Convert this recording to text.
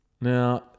Now